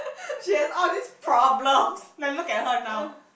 she has all these problems like look at her now